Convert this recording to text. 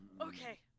Okay